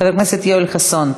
חבר הכנסת יואל חסון.